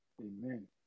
Amen